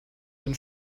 den